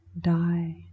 die